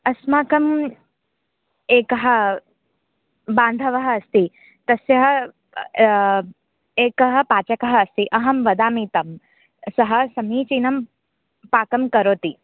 अस्माकं एकः बान्धवः अस्ति तस्यः एकः पाचकः अस्ति अहं वदामि तं सः समीचीनं पाकं करोति